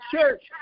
church